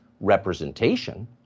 representation